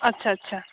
আচ্ছা আচ্ছা